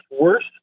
worse